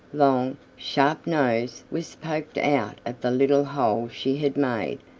long, sharp nose was poked out of the little hole she had made,